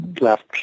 left